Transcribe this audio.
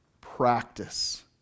practice